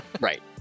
Right